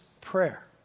prayer